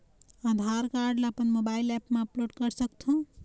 आधार card ला अपन mobile app मा अपलोड कर सकथों?